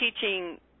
teaching